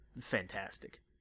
fantastic